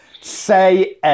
Say